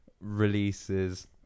releases